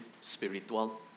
spiritual